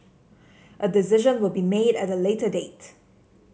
a decision will be made at a later date